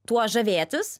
tuo žavėtis